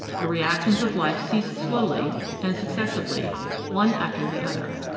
the reactions of life cease slowly and successively one after the other.